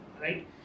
right